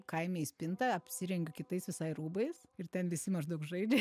kaime į spintą apsirengiu kitais visai rūbais ir ten visi maždaug žaidžia